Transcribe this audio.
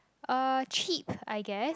uh treat I guess